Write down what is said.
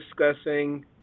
discussing